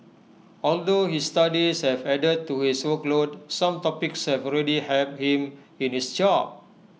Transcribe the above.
although his studies have added to his workload some topics have already helped him in his job